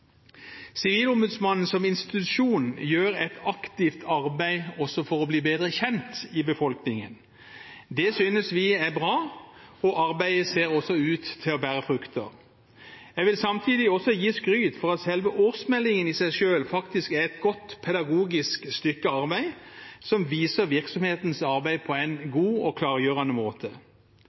Sivilombudsmannen som institusjon gjør et aktivt arbeid også for å bli bedre kjent i befolkningen. Det synes vi er bra, og arbeidet ser også ut til å bære frukter. Jeg vil samtidig gi skryt for at årsmeldingen i seg selv er et godt pedagogisk stykke arbeid som viser virksomhetens arbeid på en god og klargjørende måte.